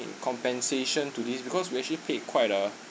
compensation to this because we actually paid quite a